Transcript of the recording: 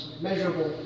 measurable